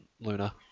Luna